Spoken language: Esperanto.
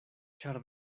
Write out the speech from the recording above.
ĉar